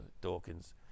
Dawkins